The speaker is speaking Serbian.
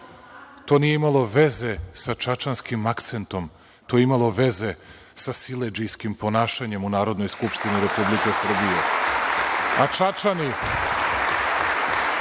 nije imalo veze sa čačanskim akcentom. To je imalo veze sa siledžijskim ponašanjem u Narodnoj skupštini Republike Srbije, a Čačani